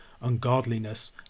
ungodliness